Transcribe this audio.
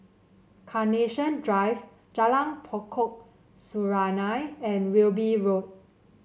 Carnation Drive Jalan Pokok Serunai and Wilby Road